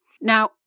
Now